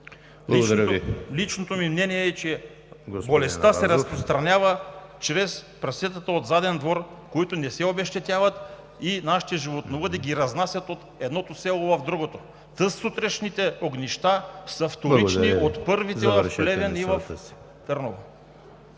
Личното ми мнение е, че болестта се разпространява чрез прасетата от заден двор, които не се обезщетяват, и нашите животновъди ги разнасят от едното село в другото. Тазсутрешните огнища са вторични от първите в Плевен и в Търново.